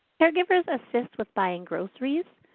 caregivers assist with buying groceries,